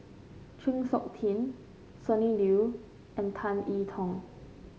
Chng Seok Tin Sonny Liew and Tan E Tong